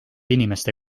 inimeste